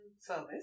service